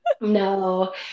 No